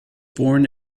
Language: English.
born